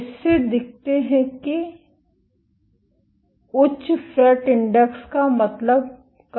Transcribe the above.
इससे दिखते है कि उच्च फ्रेट इंडेक्स का मतलब कम बल है